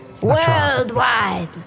worldwide